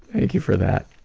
thank you for that.